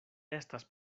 estas